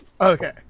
okay